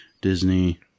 Disney